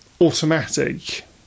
automatic